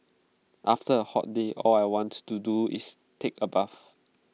after A hot day all I want to do is take A bath